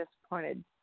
disappointed